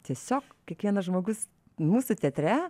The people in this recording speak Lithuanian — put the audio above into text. tiesiog kiekvienas žmogus mūsų teatre